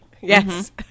Yes